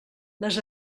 les